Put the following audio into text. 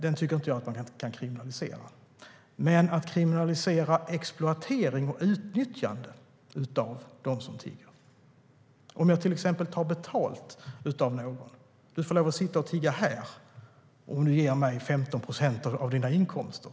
Den tycker jag inte att man kan kriminalisera, däremot exploatering och utnyttjande av dem som tigger. Om jag till exempel tar betalt av någon och säger: Du får lov att sitta och tigga här om du ger mig 15 procent av dina inkomster.